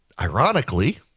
ironically